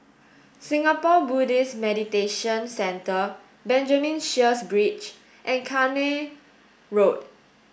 Singapore Buddhist Meditation Centre Benjamin Sheares Bridge and Road